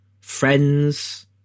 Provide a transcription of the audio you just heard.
friends